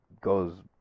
goes